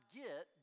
get